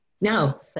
No